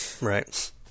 Right